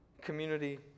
community